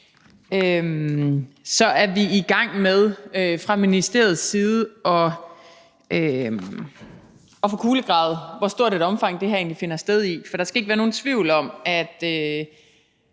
er vi i gang med fra ministeriets side at kulegrave, hvor stort et omfang det her egentlig finder sted i. For der skal ikke være nogen tvivl om, at